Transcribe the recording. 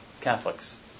Catholics